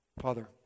Father